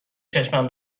چشمم